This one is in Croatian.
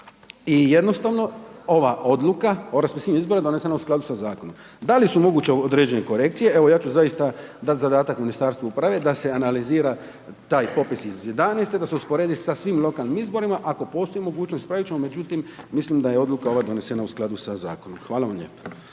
i jednostavno ova odluka o raspisivanju izbora donesena u skladu sa zakonom. Da li su moguće određene korekcije, evo ja ću zaista dat zadatak Ministarstvu uprave da se analizira taj popis iz '11. da se usporedi sa svim lokalnim izborima, ako postoji mogućnost ispravit ćemo, međutim mislim da je odluka ova donesena u skladu sa zakonom. Hvala vam lijepa.